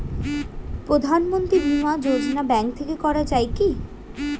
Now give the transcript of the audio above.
প্রধানমন্ত্রী বিমা যোজনা ব্যাংক থেকে করা যায় কি?